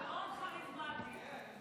מאוד כריזמטי.